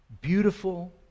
Beautiful